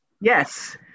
Yes